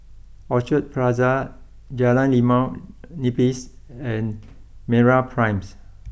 Orchard Plaza Jalan Limau Nipis and MeraPrime